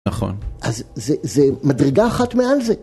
נכון. אז, זה-זה, מדרגה אחת מעל זה.